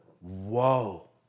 whoa